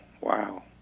wow